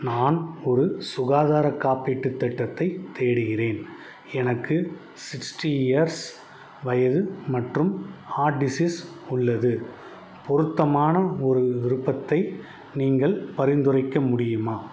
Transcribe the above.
நான் ஒரு சுகாதாரக் காப்பீட்டுத் திட்டத்தைத் தேடுகிறேன் எனக்கு சிக்ஸ்ட்டி இயர்ஸ் வயது மற்றும் ஹார்ட் டிசீஸ் உள்ளது பொருத்தமான ஒரு விருப்பத்தை நீங்கள் பரிந்துரைக்க முடியுமா